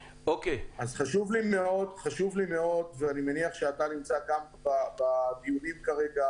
חשוב לי מאוד שהמתווה לגבי מי שנפגע פה הכי קשה,